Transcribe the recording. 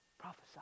prophesy